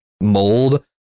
mold